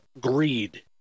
greed